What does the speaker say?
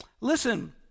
Listen